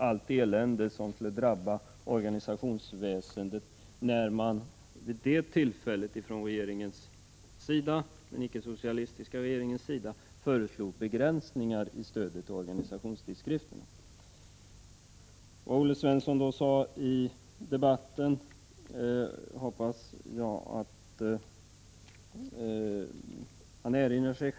Allt elände skulle drabba organisationsväsendet när den icke-socialistiska regeringen vid det tillfället föreslog begränsningar i stödet till organisationstidskrifterna. Vad Olle Svensson då sade i debatten hoppas jag att han själv erinrar sig.